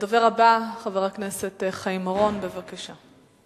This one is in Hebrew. הדובר הבא, חבר הכנסת חיים אורון, בבקשה.